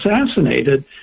assassinated